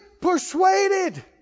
persuaded